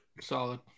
Solid